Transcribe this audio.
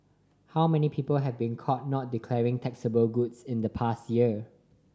how many people have been caught not declaring taxable goods in the past year